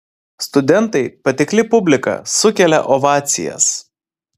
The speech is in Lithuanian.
studentai patikli publika sukelia ovacijas